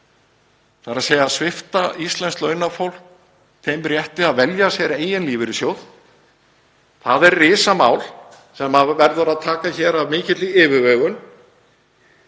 þ.e. að svipta íslenskt launafólk þeim rétti að velja sér eigin lífeyrissjóð. Það er risamál sem verður að taka fyrir hér af mikilli yfirvegun.